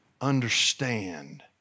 understand